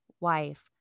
wife